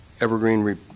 Evergreen